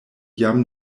jam